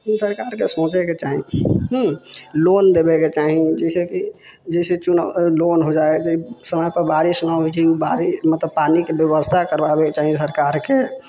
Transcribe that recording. सरकार के सोचै के चाही हूँ लोन देबे के चाही जैसेकी जइसे लोन हो जाए समय पऽ बारिश न होइ छै ओ बारी मतलब पानी के व्यवस्था करबाबए के चाही सरकार के